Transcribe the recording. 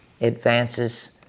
advances